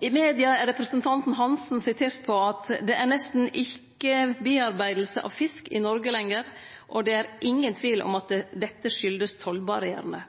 I media er representanten Svein Roald Hansen sitert på at det «er nesten ikke bearbeidelse av fisk i Norge lenger, og det er ingen tvil om at det skyldes tollbarriérene».